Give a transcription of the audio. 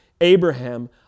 Abraham